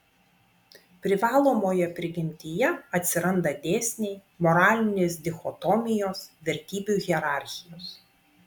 privalomoje prigimtyje atsiranda dėsniai moralinės dichotomijos vertybių hierarchijos